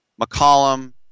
McCollum